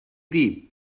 deep